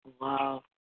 Wow